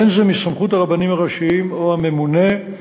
אין זה מסמכות הרבנים הראשיים או הממונה.